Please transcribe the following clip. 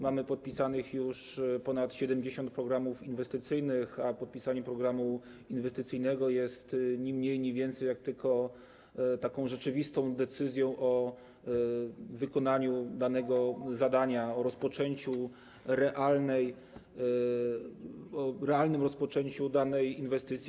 Mamy podpisanych już ponad 70 programów inwestycyjnych, a podpisanie programu inwestycyjnego jest ni mniej, ni więcej jak tylko taką rzeczywistą decyzją o wykonaniu danego zadania, o realnym rozpoczęciu danej inwestycji.